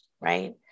right